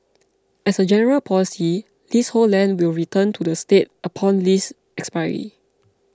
as a general policy leasehold land will return to the state upon lease expiry